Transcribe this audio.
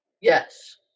Yes